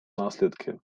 наслідки